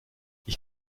ich